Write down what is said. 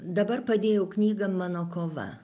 dabar padėjau knygą mano kova